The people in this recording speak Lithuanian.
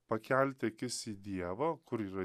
pakelti akis į dievą kur yra